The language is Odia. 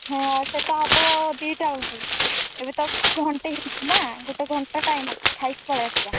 ହଁ ସେଟା ହେବ ଦୁଇଟା ବେଳକୁ ଏବେ ତ ଘଣ୍ଟେ ହୋଇଛି ନା ଗୋଟେ ଘଣ୍ଟା ଟାଇମ୍ ଅଛି ଖାଇକି ପଳେଇଆସିବା